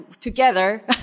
together